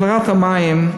הפלרת המים: